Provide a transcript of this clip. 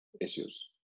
issues